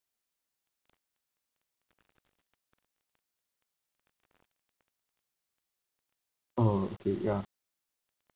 orh okay ya